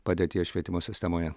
padėties švietimo sistemoje